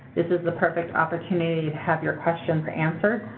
this is the perfect opportunity to have your questions answered.